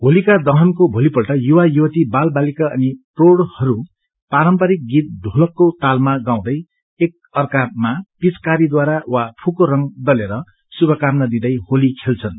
होलिका दहनको युवा युवती बाल बालिका अनि प्रौढ़हरू पारम्परिक गीत ढ़ोलकाको तालमा गाउँदै एकाअर्कामा पचिकारीद्वारा वा फुको रंग ढ़लेर शुभाकामना दिँदै होली खेल्छन्